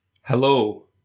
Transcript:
Hello